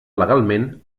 legalment